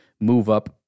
move-up